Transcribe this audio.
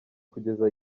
kugeza